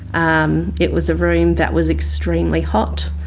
um it was a room that was extremely hot.